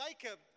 Jacob